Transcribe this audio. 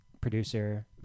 producer